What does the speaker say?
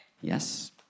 Yes